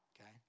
okay